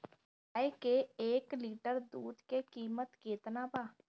गाय के एक लिटर दूध के कीमत केतना बा?